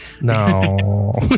No